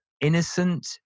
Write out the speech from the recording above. innocent